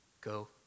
go